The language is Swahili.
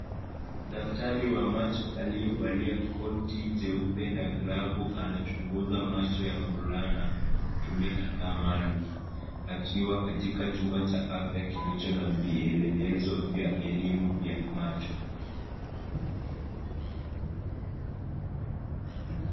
Daktari wa macho aliye falia koti cheupe na glavu anachunguza macho ya mvulana Kwa kutumia vifaa maalum, akiwa Kwa chumba Cha afya vilicho na vielelezo vya elimu vya macho.